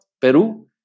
Peru